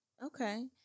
Okay